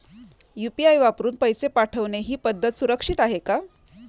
UPI वापरून पैसे पाठवणे ही पद्धत सुरक्षित आहे का?